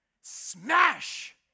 smash